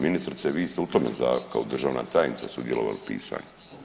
Ministrice vi ste u tome kao državna tajnica sudjelovali u pisanju.